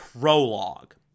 prologue